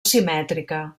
simètrica